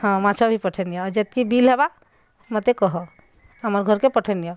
ହଁ ମାଛ ବି ପଠେଇ ନିଅ ଯେତକି ବିଲ୍ ହେବା ମୋତେ କହ ଆମର୍ ଘରକେ ପଠେଇ ନିଅ